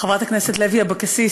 חברת הכנסת לוי אבקסיס,